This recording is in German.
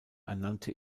ernannte